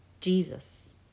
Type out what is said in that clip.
Jesus